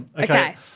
Okay